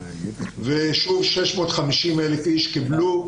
650 אלף איש קיבלו,